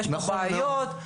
יש בעיות,